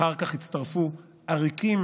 אחר כך הצטרפו עריקים